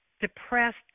depressed